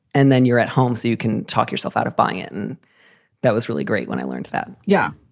and then you're at home so you can talk yourself out of buying it. and that was really great when i learned that yeah,